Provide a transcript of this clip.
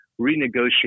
renegotiate